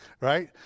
right